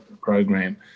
program